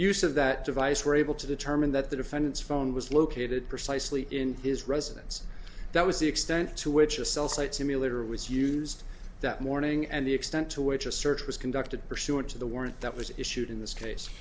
use of that device were able to determine that the defendant's phone was located precisely in his residence that was the extent to which a cell site simulator was used that morning and the extent to which a search was conducted pursuant to the warrant that was issued in this case